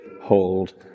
hold